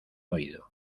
oído